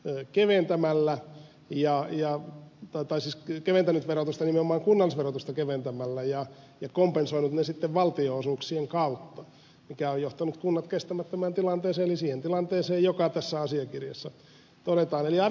l keventämällä ja hioa lähinnä keventänyt verotusta nimenomaan kunnallisverotusta keventämällä ja kompensoinut sen sitten valtionosuuksien kautta mikä on johtanut kunnat kestämättömään tilanteeseen eli siihen tilanteeseen joka tässä asiakirjassa todetaan